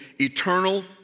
eternal